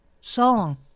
song